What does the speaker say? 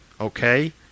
Okay